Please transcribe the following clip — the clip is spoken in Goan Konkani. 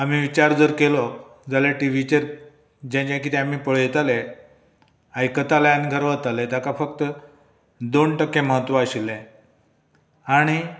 आमी विचार जर केलो जाल्यार टिवीचेर जें जें आमी कितें पळयताले आयकताले आनी घरा वताले ताका फक्त दोन टक्के म्हत्व आशिल्लें आनी